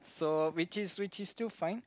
so which is which is still fine